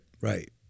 Right